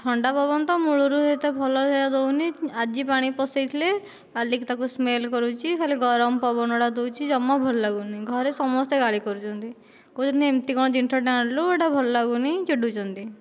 ଥଣ୍ଡା ପବନ ତ ମୂଳରୁ ଏତେ ଭଲରେ ଦେଉନାହିଁ ଆଜି ପାଣି ପସାଇଥିଲି କାଲିକି ତାକୁ ସ୍ମେଲ କରୁଛି ଖାଲି ଗରମ ପବନ ଗୁଡ଼ା ଦେଉଛି ଜମା ଭଲ ଲାଗୁନାହିଁ ଘରେ ସମସ୍ତେ ଗାଳି କରୁଛନ୍ତି କହୁଛନ୍ତି ଏମିତି କଣ ଜିନିଷଟା ଆଣିଲୁ ଏ'ଟା ଭଲ ଲାଗୁନାହିଁ ଚିଡୁଛନ୍ତି